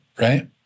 right